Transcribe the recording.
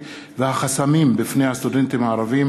(תיקון), התשע"ד 2013, שהחזירה ועדת העבודה,